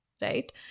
right